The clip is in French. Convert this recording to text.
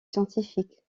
scientifiques